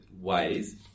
ways